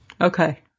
Okay